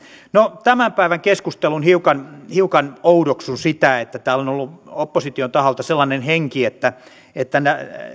no tämän päivän keskusteluun hiukan hiukan oudoksun sitä että täällä on ollut opposition taholta sellainen henki että että